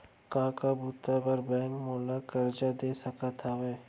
का का बुता बर बैंक मोला करजा दे सकत हवे?